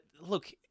look